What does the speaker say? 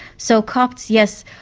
so copts, yes,